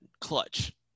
Clutch